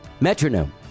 metronome